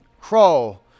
Crawl